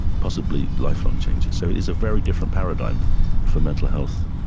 possibly lifelong changes. so it is a very different paradigm for mental health.